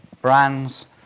brands